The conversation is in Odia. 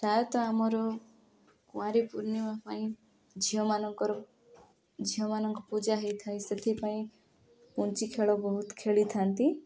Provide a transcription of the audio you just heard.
ପ୍ରାୟତଃ ଆମର କୁଆରୀ ପୂର୍ଣ୍ଣିମା ପାଇଁ ଝିଅମାନଙ୍କର ଝିଅମାନଙ୍କ ପୂଜା ହୋଇଥାଏ ସେଥିପାଇଁ ପୁଞ୍ଜି ଖେଳ ବହୁତ ଖେଳିଥାନ୍ତି